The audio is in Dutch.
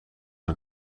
een